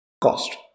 cost